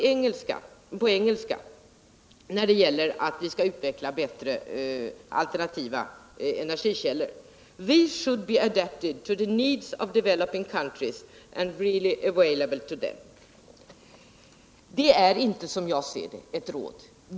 Jag sade ordagrant följande i frågan om vi skall utveckla bättre alternativa energikällor: ”These should be adapted to the needs of developing countries and really available to them.” Det är som jag ser det inte ett råd.